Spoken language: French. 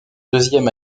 deuxième